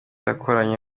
wakoranye